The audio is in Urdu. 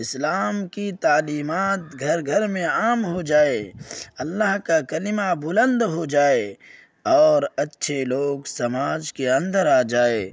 اسلام کی تعلیمات گھر گھر میں عام ہو جائے اللہ کا کلمہ بلند ہو جائے اور اچھے لوگ سماج کے اندر آ جائیں